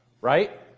right